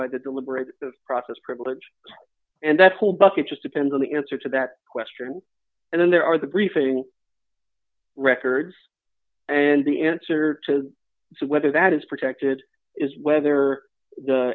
by the deliberative process privilege and that's all but it just depends on the answer to that question and then there are the briefing records and the answer to whether that is protected is whether the